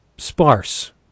sparse